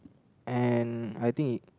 and I think it